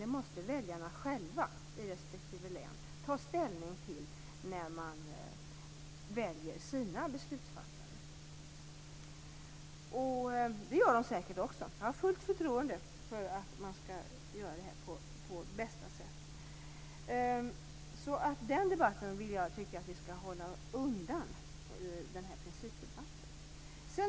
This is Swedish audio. Det måste väljarna i respektive län själva ta ställning till när man väljer sina beslutsfattare. Det gör de säkert. Jag har fullt förtroende för att man gör det på bästa sätt. Den debatten tycker jag att vi skall hålla undan den här principdebatten.